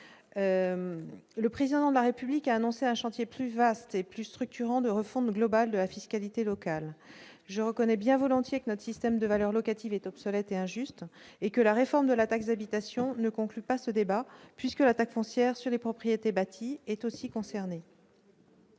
Le Président de la République a annoncé un chantier plus vaste et plus structurant de refonte globale de la fiscalité locale. Je reconnais bien volontiers que notre système de valeurs locatives est obsolète et injuste, et que la réforme de la taxe d'habitation ne conclut pas ce débat, puisque la taxe foncière sur les propriétés bâties est aussi concernée.